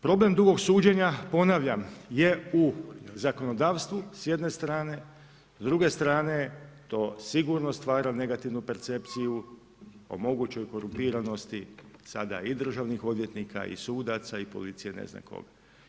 Problem drugog suđenja, ponavljam, je u zakonodavstvu, s jedne strane, s druge st rane, to sigurno stvara negativnu percepciju o mogućoj korumpiranosti, sada i državnih odvjetnika i sudaca i policije i ne znam koga.